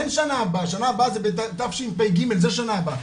אין שנה הבאה, שנה הבאה זה תשפ"ג זו שנה הבאה.